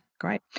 great